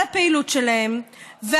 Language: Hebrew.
על הפעילות שלהם,